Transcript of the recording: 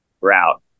route